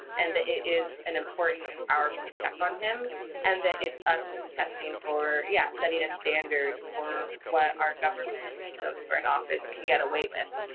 and it is an important and powerful check on him and that it's us contesting for, yeah, setting a standard for what our government and those who are in office can get away with.